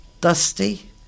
Dusty